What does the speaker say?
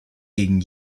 gegen